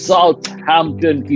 Southampton